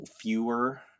fewer